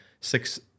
six